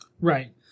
Right